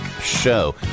Show